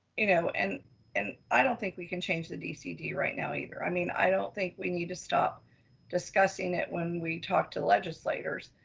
you know and and i don't think we can change the dcd right now either. i mean, i don't think we need to stop discussing it when we talk to legislators,